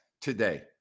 today